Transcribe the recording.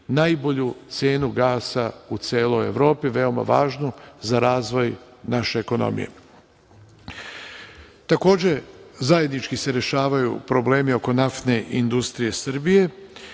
najbolju cenu gasa u celoj Evropi, veoma važnu za razvoj naše ekonomije. Takođe, zajednički se rešavaju problemi oko NIS-a i postoji veliki